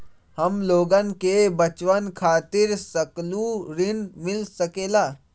हमलोगन के बचवन खातीर सकलू ऋण मिल सकेला?